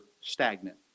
stagnant